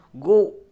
go